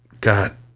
God